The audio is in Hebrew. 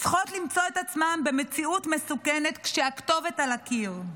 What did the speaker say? צריכות למצוא את עצמן במציאות מסוכנת כשהכתובת על הקיר?